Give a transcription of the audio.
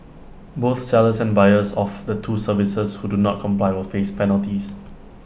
both sellers and buyers of the two services who do not comply will face penalties